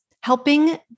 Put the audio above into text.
helping